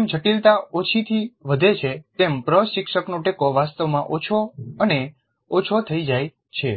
જેમ જેમ જટિલતા ઓછી થી વધે છે તેમ પ્રશિક્ષકનો ટેકો વાસ્તવમાં ઓછો અને ઓછો થઈ જાય છે